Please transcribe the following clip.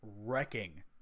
wrecking